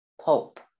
pope